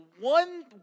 One